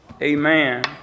Amen